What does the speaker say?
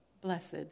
Blessed